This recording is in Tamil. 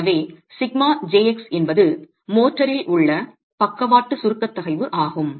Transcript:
எனவே σjx என்பது மோர்டாரில் உள்ள பக்கவாட்டு சுருக்க தகைவு ஆகும்